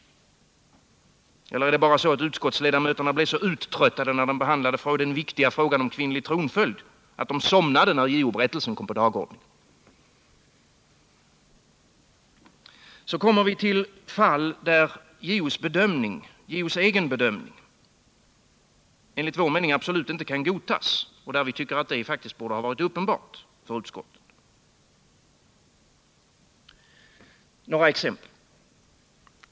Eller är det bara så att utskottsledamöterna blev så uttröttade av behandlingen av den ”viktiga” frågan om kvinnlig tronföljd att de somnade när JO-berättelsen kom på dagordningen? Så kommer vi till fall där JO:s egen bedömning enligt vår mening absolut inte kan godtas, och där vi faktiskt tycker att det borde ha varit uppenbart för utskottet. Låt mig anföra några exempel.